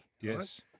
Yes